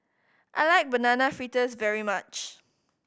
I like Banana Fritters very much